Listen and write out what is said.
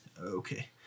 Okay